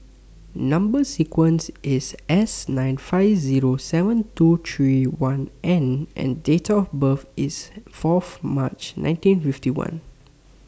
Number sequence IS S nine five Zero seven two three one N and Date of birth IS Fourth March nineteen fifty one